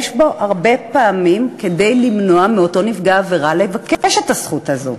יש בו הרבה פעמים כדי למנוע מאותו נפגע עבירה לבקש את הזכות הזאת,